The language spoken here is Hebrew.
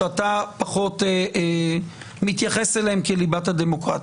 שאתה פחות מתייחס אליהם כליבת הדמוקרטיה.